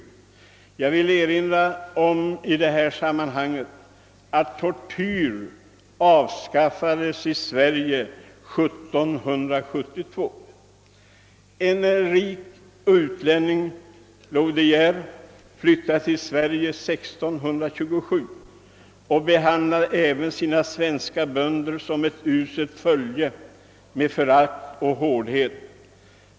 Jag vill i detta sammanhang erinra om att tortyr avskaffades i Sverige 1772. En rik utlänning, Louis De Geer, flyttade till Sverige 1627. Han behandlade sina svenska bönder som ett uselt följe, med förakt och hårdhet.